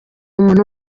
umuntu